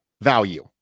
value